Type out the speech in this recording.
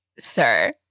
sir